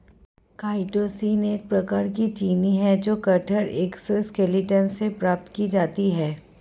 chitosan एक प्रकार की चीनी है जो कठोर एक्सोस्केलेटन से प्राप्त की जाती है